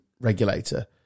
regulator